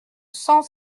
cent